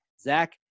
Zach